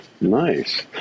Nice